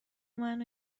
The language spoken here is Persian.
منو